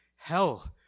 Hell